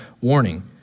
warning